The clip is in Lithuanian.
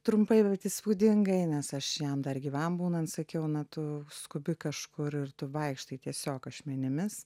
trumpai bet įspūdingai nes aš jam dar gyvam būnant sakiau na tu skubi kažkur ir tu vaikštai tiesiog ašmenimis